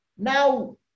Now